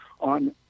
on